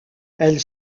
elle